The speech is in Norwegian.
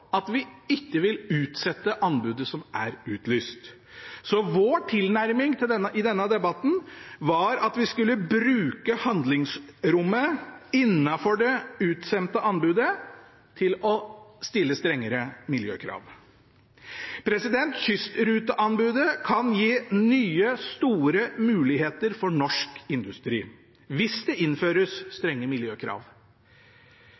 at vi ikke vil utsette anbudet som er utlyst, så vår tilnærming i denne debatten var at vi skulle bruke handlingsrommet innenfor det utsendte anbudet til å stille strengere miljøkrav. Kystruteanbudet kan gi nye, store muligheter for norsk industri hvis det innføres